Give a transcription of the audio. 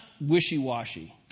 wishy-washy